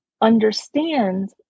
understand